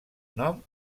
nom